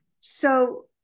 So-